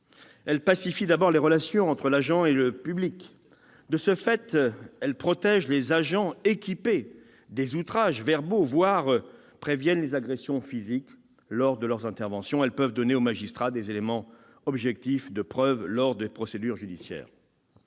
Elles pacifient d'abord les relations entre l'agent et le public. De ce fait, elles protègent des outrages verbaux les agents qui en sont équipés, et peuvent même prévenir les agressions physiques lors de leurs interventions. Elles peuvent aussi donner aux magistrats des éléments objectifs de preuve lors de procédures judiciaires.